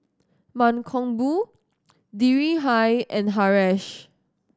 Mankombu Dhirubhai and Haresh